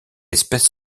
espèce